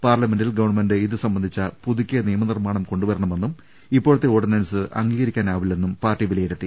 പാർലമെന്റിൽ ഗവൺമെന്റ് ഇതുസംബന്ധിച്ച പുതുക്കിയ നിയമ നിർമ്മാണം കൊണ്ടുവരണമെന്നും ഇപ്പോഴത്തെ ഓർഡിനൻസ് അംഗീകരിക്കാനാവില്ലെന്നും പാർട്ടി വിലയിരു ത്തി